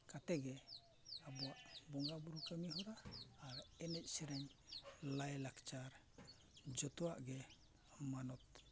ᱠᱟᱛᱮ ᱜᱮ ᱟᱵᱚᱣᱟᱜ ᱵᱚᱸᱜᱟ ᱵᱩᱨᱩ ᱠᱟᱹᱢᱤ ᱦᱚᱨᱟ ᱟᱨ ᱮᱱᱮᱡ ᱥᱮᱨᱮᱧ ᱞᱟᱭ ᱞᱟᱠᱪᱟᱨ ᱡᱚᱛᱚᱣᱟᱜ ᱜᱮ ᱢᱟᱱᱚᱛ